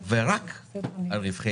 שום לובי היא לא במקום והיא לא ראויה